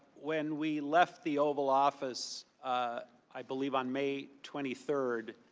when we left the oval office i believe on may twenty third,